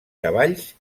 cavalls